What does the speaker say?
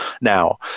now